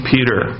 Peter